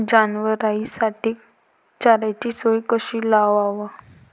जनावराइसाठी चाऱ्याची सोय कशी लावाव?